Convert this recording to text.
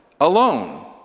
alone